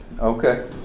Okay